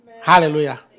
Hallelujah